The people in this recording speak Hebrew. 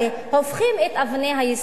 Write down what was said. הופכים את אבני היסוד.